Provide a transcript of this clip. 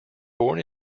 born